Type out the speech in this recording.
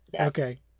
Okay